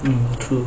hmm tru